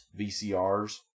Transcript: VCRs